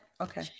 Okay